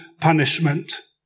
punishment